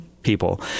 people